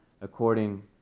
according